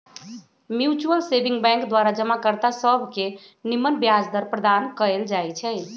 mutual saving bank द्वारा जमा कर्ता सभके निम्मन ब्याज दर प्रदान कएल जाइ छइ